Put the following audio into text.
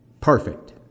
Perfect